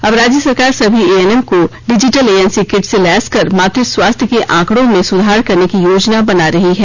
अब राज्य सरकार सभी एएनएम को डिजिटल एएनसी किट से लैस कर मात स्वास्थ्य के आंकड़ों में सुधार करने की योजना बना रही है